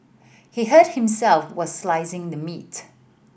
he hurt himself were slicing the meat